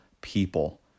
people